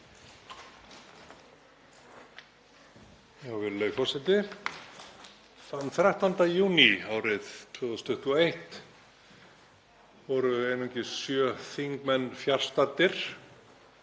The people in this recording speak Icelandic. Þann 13. júní árið 2021 voru einungis sjö þingmenn fjarstaddir